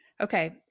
Okay